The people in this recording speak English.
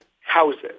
houses